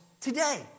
today